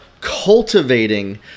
cultivating